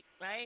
right